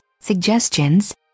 suggestions